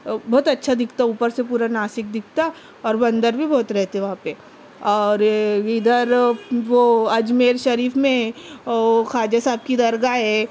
بہت اچھا دکھتا اوپر سے پورا ناسک دکھتا اور بندر بھی بہت رہتے وہاں پہ اور اِدھر وہ اجمیر شریف میں وہ خواجہ صاحب کی درگاہ ہے